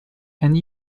and